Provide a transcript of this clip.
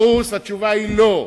ברור שהתשובה היא לא,